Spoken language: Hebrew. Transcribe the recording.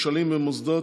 בנושא: כשלים במוסדות